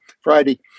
Friday